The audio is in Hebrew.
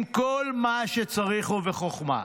עם כל מה שצריך, ובחוכמה.